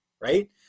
Right